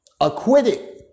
Acquitted